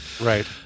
right